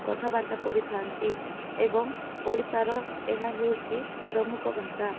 କଥାବାର୍ତ୍ତା କରିଥାନ୍ତି ଏବଂ ଓଡ଼ିଶାର ଏହା ହେଉଛି ପ୍ରମୁଖ ଭାଷା